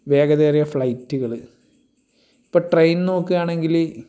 വേഗതയേറിയ ഫ്ലൈറ്റുകൾ ഇപ്പോൾ ട്രെയിൻ നോക്കുകയാണെങ്കിൽ